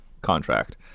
contract